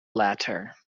latter